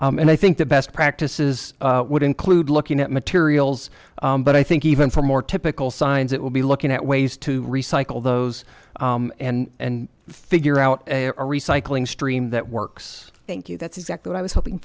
and i think the best practices would include looking at materials but i think even for more typical signs it will be looking at ways to recycle those and figure out a recycling stream that works thank you that's exactly what i was hoping